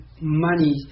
money